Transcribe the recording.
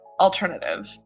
alternative